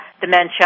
Dementia